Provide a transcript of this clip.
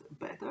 better